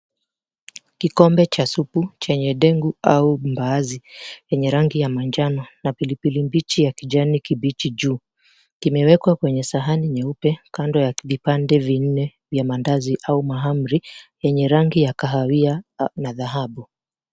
Kikombe cha supu, chenye dengu au mbaazi yenye rangi ya manjano na pilipili mbichi ya kijani kibichi juu. Kimewekwa kwenye sahani nyeupe kando ya vipande vinne vya mandazi au mahamri yenye rangi ya kahawia na dhahabu.